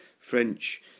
French